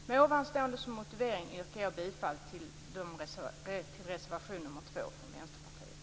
Med angiven motivering yrkar jag bifall till reservation nr 2 från Vänsterpartiet.